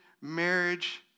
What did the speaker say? marriage